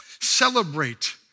celebrate